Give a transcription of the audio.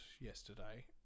yesterday